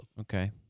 Okay